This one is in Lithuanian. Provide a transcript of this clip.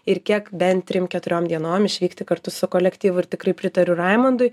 ir kiek bent trim keturiom dienom išvykti kartu su kolektyvu ir tikrai pritariu raimundui